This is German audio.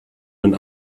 den